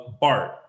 Bart